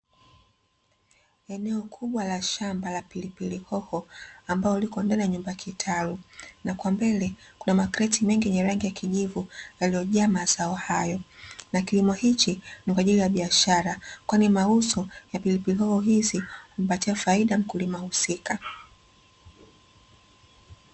Eneo kubwa la shamba la pilipili hoho ambalo lipo ndani ya nyumba kitalu na kwa mbele kuna makreti mengi yenye rangi kijivu yaliyojaa mazao hayo, na kilimo hiki ni kwaajili ya biashara kwani mauzo ya pilipili hoho hizi humpatia faida mkulima husika .